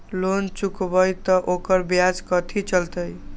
Loan चुकबई त ओकर ब्याज कथि चलतई?